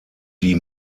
die